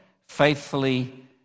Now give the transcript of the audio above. faithfully